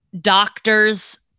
doctors